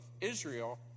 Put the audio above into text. Israel